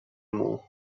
muł